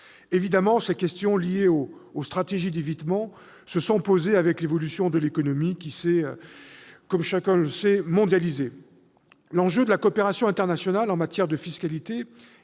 Évidemment, ces questions liées aux stratégies d'évitement se sont posées avec l'évolution de l'économie, qui s'est- comme chacun le sait -mondialisée. L'enjeu de la coopération internationale en matière de fiscalité